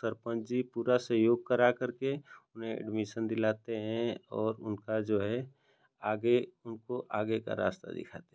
सरपंच जी पूरा सहयोग करा कर के उन्हें एडमिशन दिलाते हैं और उनका जो है आगे उनको आगे का रास्ता दिखाते हैं